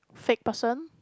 fake person